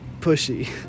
pushy